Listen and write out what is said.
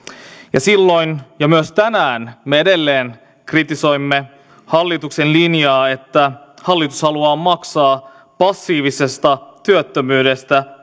ja silloin ja myös tänään edelleen me kritisoimme hallituksen linjaa että hallitus haluaa maksaa passiivisesta työttömyydestä